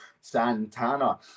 santana